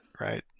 right